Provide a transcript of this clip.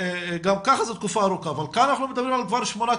שגם ככה זו תקופה ארוכה אבל כאן אנחנו מדברים על שמונה,